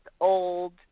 old